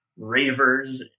ravers